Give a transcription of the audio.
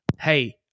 Hey